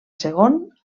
segon